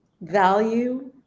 value